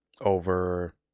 Over